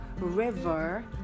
river